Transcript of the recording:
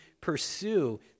pursue